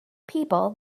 people